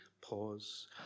pause